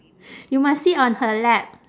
you must sit on her lap